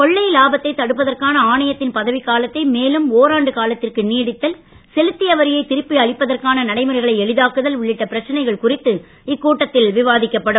கொள்ளை லாபத்தை தடுப்பதற்கான ஆணையத்தின் பதவிக்காலத்தை மேலும் ஓராண்டு காலத்திற்கு நீடித்தல் செலுத்திய வரியை திருப்பி அளிப்பதற்கான நடைமுறைகளை எளிதாக்குதல் உள்ளிட்ட பிரச்சனைகள் குறித்து இக்கூட்டத்தில் விவாதிக்கப்படும்